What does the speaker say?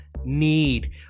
need